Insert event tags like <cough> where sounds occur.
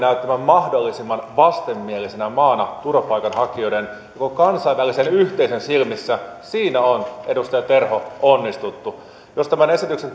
näyttämään mahdollisimman vastenmielisenä maana turvapaikanhakijoiden ja koko kansainvälisen yhteisön silmissä siinä on edustaja terho onnistuttu jos tämän esityksen <unintelligible>